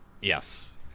Yes